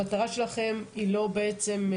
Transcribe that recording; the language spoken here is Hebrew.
המטרה שלכם היא לא בעצם,